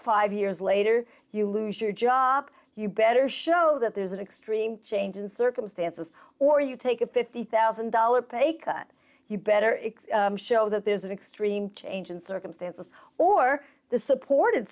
five years later you lose your job you better show that there's an extreme change in circumstances or you take a fifty thousand dollar pay cut you better it's show that there's an extreme change in circumstances or the supported